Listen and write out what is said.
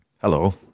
Hello